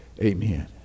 amen